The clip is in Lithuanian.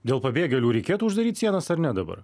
dėl pabėgėlių reikėtų uždaryt sienas ar ne dabar